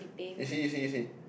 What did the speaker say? you see you see you see